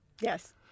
Yes